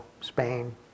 Spain